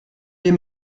wir